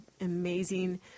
amazing